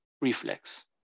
reflex